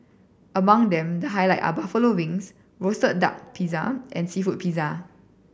among them the highlight are buffalo wings roasted duck pizza and seafood pizza